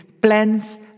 Plans